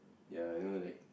ya you know like